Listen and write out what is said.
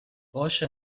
باشه